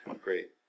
great